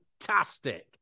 Fantastic